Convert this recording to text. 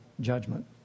judgment